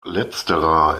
letzterer